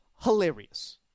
hilarious